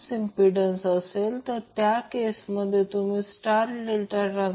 तर आता impedance angle Zy Z म्हणा